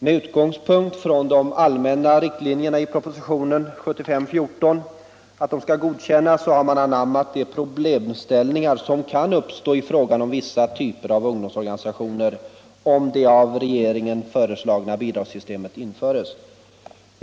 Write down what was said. Med utgångspunkt i att de allmänna riktlinjerna i propositionen 1975:14 skall godkännas har man anammat de problemställningar som kan uppstå i fråga om vissa typer av ungdomsorganisationer, om det av regeringen föreslagna bidragssystemet införs.